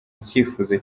icyifuzo